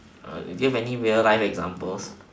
uh you give any real life examples